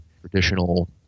traditional